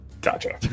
Gotcha